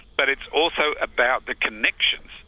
but it's also about the connections.